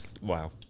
Wow